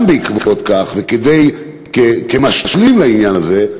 גם בעקבות כך וכמשלים לעניין הזה,